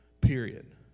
period